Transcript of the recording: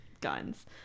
guns